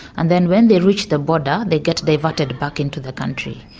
and then when they reach the border they get diverted back into the country.